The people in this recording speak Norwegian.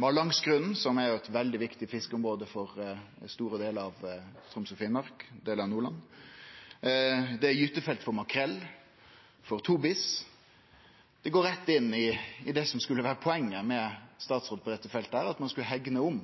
Mallangsgrunnen, som er eit veldig viktig fiskeområde for store delar av Troms og Finnmark og delar av Nordland, og det er gytefelt for makrell og tobis. Det går rett inn i det som skulle vere poenget med ein statsråd på dette feltet, at ein skulle hegne om